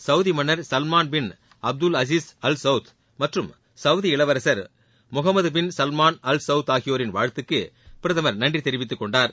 Saudi மன்னர் Salman bin Abdul Aziz Al Saud மற்றும் Saudi இளவரசர் Mohammed bin Salman Al Saud ஆகியோரின் வாழ்த்துக்கு பிரதமர் நன்றி தெரிவித்துக் னொண்டார்